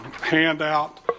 handout